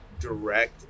direct